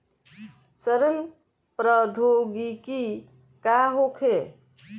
सड़न प्रधौगिकी का होखे?